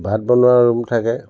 ভাত বনোৱা ৰুম থাকে